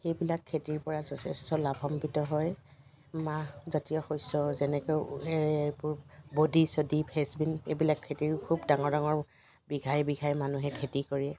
সেইবিলাক খেতিৰ পৰা যথেষ্ট লাভান্বিত হয় মাহ জাতীয় শস্য যেনেকৈ এবোৰ বডি চদি ফ্ৰেন্স বিন এইবিলাক খেতিৰ খুব ডাঙৰ ডাঙৰ বিঘাই বিঘাই মানুহে খেতি কৰে